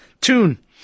tune